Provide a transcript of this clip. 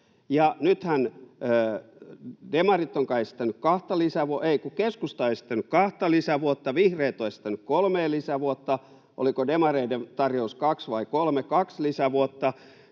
Nythän keskusta on esittänyt kahta lisävuotta, vihreät ovat esittäneet kolmea lisävuotta, oliko demareiden tarjous kaksi vai kolme? [Aki Lindén